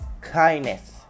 Kindness